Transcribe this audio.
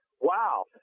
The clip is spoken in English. Wow